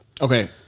Okay